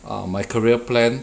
err my career plan